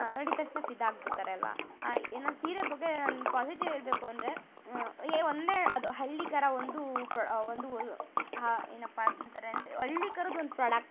ನೋಡಿದ ತಕ್ಷಣ ಫಿದಾ ಆಗಿಬಿಡ್ತಾರೆ ಅಲ್ಲವಾ ಏ ನಾನು ಸೀರೆ ಬಗ್ಗೆ ನಾನು ಪಾಸಿಟಿವ್ ಹೇಳ್ಬೇಕು ಅಂದರೆ ಏ ಒಂದೇ ಅದು ಹಳ್ಳಿಗರ ಒಂದು ಪ್ರೊ ಒಂದು ಹಾ ಏನಪ್ಪಾ ಅಂತಾರೆ ಅಂದರೆ ಹಳ್ಳಿಗರದ್ ಒಂದು ಪ್ರಾಡಕ್ಟ್ ಹ್ಞೂ